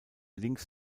links